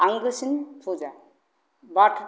आंगोसिन फुजा